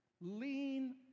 lean